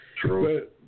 True